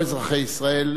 לא אזרחי ישראל,